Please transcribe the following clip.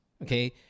Okay